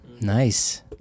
Nice